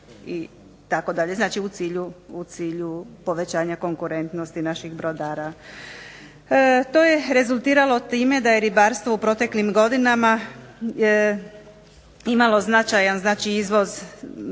u cilju povećanja konkurentnosti naših brodara. To je rezultiralo time da je ribarstvo u proteklim godinama imalo značajan izvoz sa